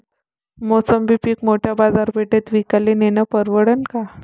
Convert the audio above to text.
मोसंबी पीक मोठ्या बाजारपेठेत विकाले नेनं परवडन का?